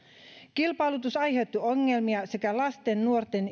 kilpailutus aiheutti ongelmia sekä lasten nuorten